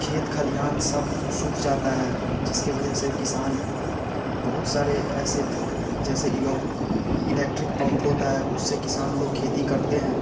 खेत खलिहान सब सूख जाते हैं जिसकी वजह से किसान बहुत सारे ऐसे जैसे यह लोग इलेक्ट्रिक पम्प होता है उससे किसान लोग खेती करते हैं